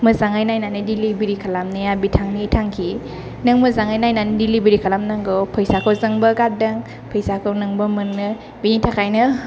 मोजाङै नायनानै दिलिभारि खालाम नाया बिथांनि थांखि नों मोजाङै नायनानै दिलिभारि खालाम नांगौ फैसाखौ जोंबो गारदों फैसाखौ नोंबो मोननो बिनि थाखायनो